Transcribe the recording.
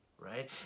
right